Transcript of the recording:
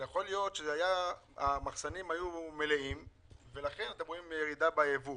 להיות שבגלל שהמחסנים היו מלאים ראיתם ירידה בייבוא.